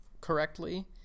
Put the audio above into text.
correctly